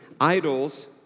idols